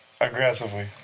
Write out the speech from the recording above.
Aggressively